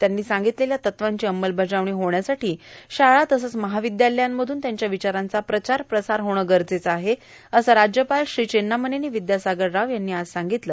त्यांनी सांगगतलेल्या तत्वांची अंमलबजावणी होण्यासाठी शाळा कॉलेजमधून त्यांच्या र्विचारांचा प्रचार प्रसार होणं गरजेचं आहे असं राज्यपाल श्री चेन्नामनेनी र्वद्यासागर राव यांनी आज सांगगतलं